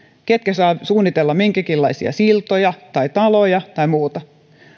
ketkä saavat suunnitella minkäkinlaisia siltoja tai taloja tai muuta